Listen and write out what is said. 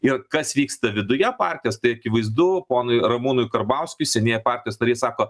ir kas vyksta viduje partijos tai akivaizdu ponui ramūnui karbauskiui senieji partijos nariai sako